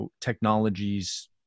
technologies